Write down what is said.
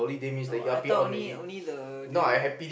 no I thought only only the during